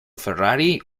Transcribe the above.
ferrari